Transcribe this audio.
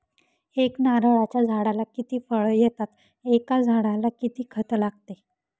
एका नारळाच्या झाडाला किती फळ येतात? एका झाडाला किती खत लागते?